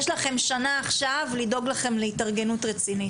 יש לכם שנה עכשיו לדאוג לכם להתארגנות רצינית.